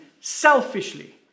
selfishly